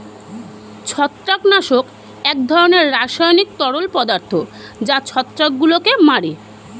ছত্রাকনাশক এক ধরনের রাসায়নিক তরল পদার্থ যা ছত্রাকগুলোকে মারে